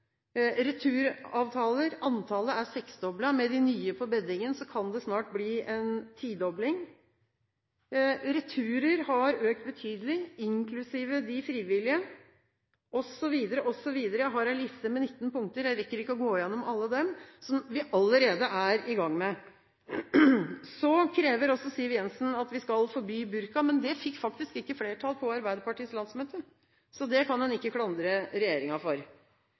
returavtaler – antallet er seksdoblet, med de nye på beddingen kan det snart bli en tidobling – antall returer har økt betydelig, inklusive de frivillige osv., osv. Jeg har en liste med 19 punkter, jeg rekker ikke å gå igjennom alle dem som vi allerede er i gang med. «Forby burka» krever også Siv Jensen, men det fikk faktisk ikke flertall på Arbeiderpartiets landsmøte, så det kan hun ikke klandre regjeringen for.